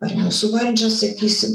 ar į mūsų valdžią sakysim